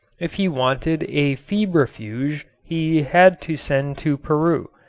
if he wanted a febrifuge he had to send to peru.